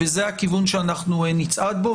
וזה הכיוון שנצעד בו.